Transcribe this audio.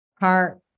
heart